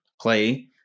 play